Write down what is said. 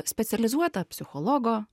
specializuota psichologo